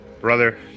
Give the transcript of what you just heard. brother